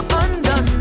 undone